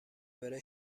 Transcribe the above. بره